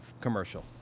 commercial